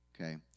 Okay